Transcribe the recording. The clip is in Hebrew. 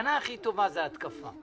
ההגנה הכי טובה היא המתקפה.